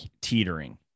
teetering